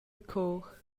cor